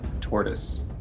tortoise